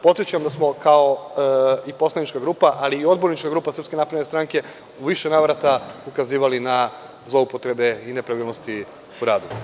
Podsećam da smo kao i poslanička grupa, ali i odbornička grupa SNS, u više navrata ukazivali na zloupotrebe i nepravilnosti u radu.